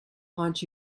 haunt